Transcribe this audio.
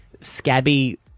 scabby